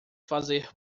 fazer